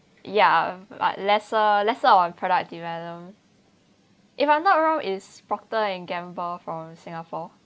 ya but lesser lesser on product development if I'm not wrong is procter and gamble from singapore